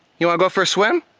you wanna go for a swim?